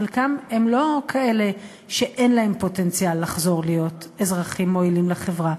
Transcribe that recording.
הם לא כאלה שאין להם פוטנציאל לחזור להיות אזרחים מועילים לחברה,